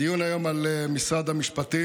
הדיון היום הוא על משרד המשפטים,